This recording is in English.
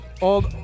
old